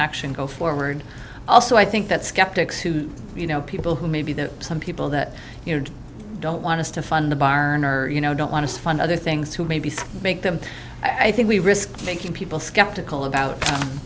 action go forward also i think that skeptics who you know people who maybe the some people that you know don't want us to fund the barn or you know don't want to fund other things to maybe make them i think we risk making people skeptical about